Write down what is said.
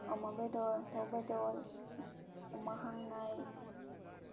अमा बेदर दाव बेदर अमा हांनाय